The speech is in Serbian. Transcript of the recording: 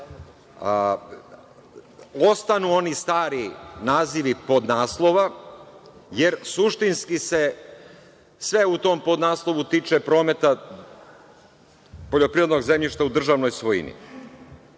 ostanu oni stari nazivi podnaslova, jer suštinski se sve u tom podnaslovu tiče prometa poljoprivrednog zemljišta u državnoj svojini.